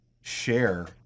share